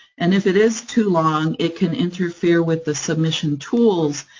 and if it is too long, it can interfere with the submission tools,